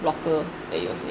blocker that you were saying